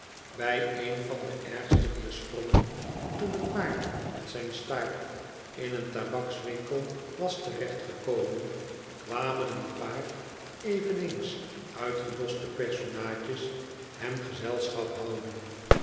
bij een van de ergste dier sprongen toen het paard met zijn staart in een tabakswinkel was terecht gekomen kwamen een paar eveneens uitgedoste personaadjes hem gezelschap houden